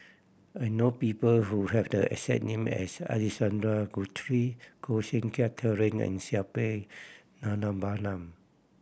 I know people who have the exact name as Alexander Guthrie Koh Seng Kiat Terence and Suppiah Dhanabalan